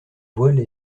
voiles